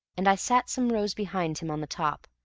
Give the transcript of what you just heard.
and i sat some rows behind him on the top,